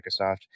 Microsoft